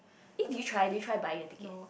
eh did you try did you try buying a ticket